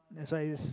that's why is